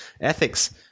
Ethics